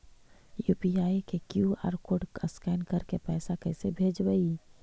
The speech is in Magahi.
यु.पी.आई के कियु.आर कोड स्कैन करके पैसा कैसे भेजबइ?